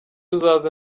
uzaze